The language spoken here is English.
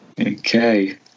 Okay